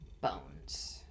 bones